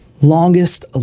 longest